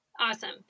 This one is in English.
Awesome